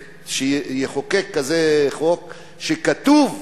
שיחוקק כזה חוק שכתוב: